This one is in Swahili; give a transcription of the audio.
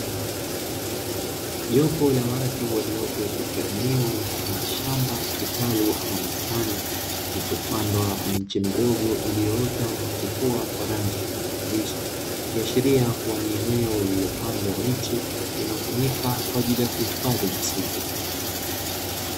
Jopo la watu waliopo katika eneo mfano wa shamba, kitalu ama bustani; kilichopandwa miche midogo iliyoota na kuchipua kwa rangi ya kijani kibichi, ikiashiria ni eneo lililopandwa miche inayotumika kwa ajili ya kuhifadhi misitu.